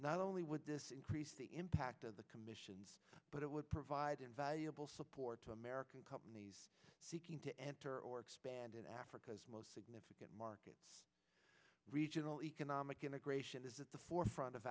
not only would this increase the impact of the commissions but it would provide invaluable support to american companies seeking to enter or expand in africa's most significant market regional economic integration is at the forefront of